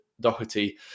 Doherty